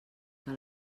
que